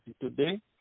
today